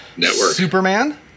Superman